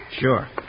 Sure